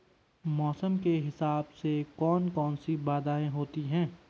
मौसम के हिसाब से कौन कौन सी बाधाएं होती हैं?